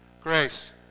grace